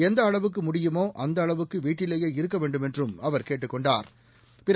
எந்த அளவுக்கு முடியுமோ அந்த அளவுக்கு வீட்டிலேயே இருக்க வேண்டுமென்றும் அவா கேட்டுக் கொண்டாா்